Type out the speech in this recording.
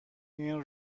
این